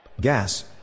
Gas